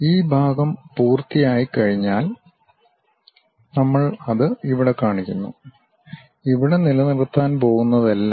ഈ ഭാഗം പൂർത്തിയാക്കിക്കഴിഞ്ഞാൽ നമ്മൾ അത് ഇവിടെ കാണിക്കുന്നു ഇവിടെ നിലനിർത്താൻ പോകുന്നതെല്ലം